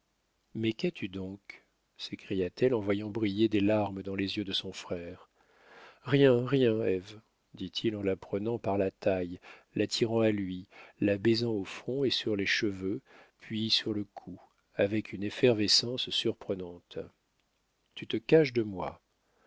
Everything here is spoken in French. mais qu'as-tu donc s'écria-t-elle en voyant briller des larmes dans les yeux de son frère rien rien ève dit-il en la prenant par la taille l'attirant à lui la baisant au front et sur les cheveux puis sur le cou avec une effervescence surprenante tu te caches de moi